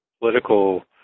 political